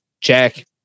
check